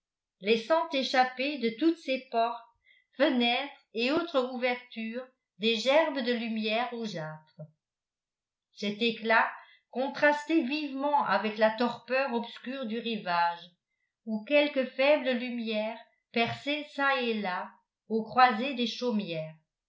laissant échapper de toutes ses portes fenêtres et autres ouvertures des gerbes de lumière rougeâtre cet éclat contrastait vivement avec la torpeur obscure du rivage où quelques faibles lumières perçaient çà et là aux croisées des chaumières